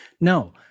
No